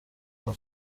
ngo